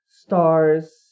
stars